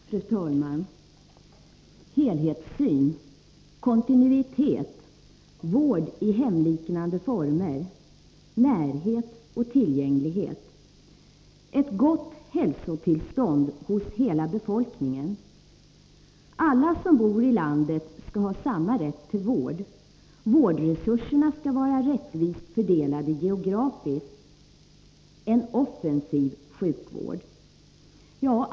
Fru talman! Helhetssyn, kontinuitet, vård i hemliknande former, närhet och tillgänglighet. Ett gott hälsotillstånd hos hela befolkningen. Alla som bor i landet skall ha samma rätt till vård. Vårdresurserna skall vara rättvist fördelade geografiskt. En offensiv sjukvård.